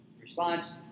response